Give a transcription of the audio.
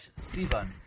Sivan